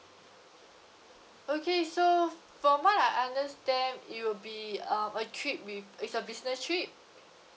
okay so from what I understand it will be um a trip with it's a business trip